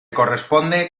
corresponde